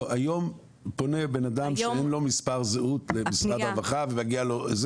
היום פונה בן אדם שאין לו מספר זהות למשרד הרווחה ומגיע לו,